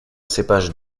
cépage